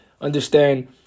understand